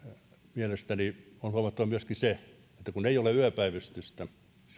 mielestäni on huomattava myöskin se että kun ei ole yöpäivystystä